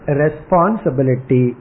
responsibility